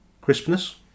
crispness